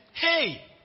Hey